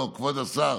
לא, כבוד השר.